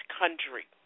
country